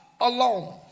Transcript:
alone